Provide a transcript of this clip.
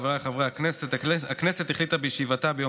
חברי הכנסת, נעבור